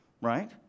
right